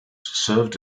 served